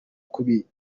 kubigura